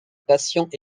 patient